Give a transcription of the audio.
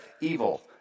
evil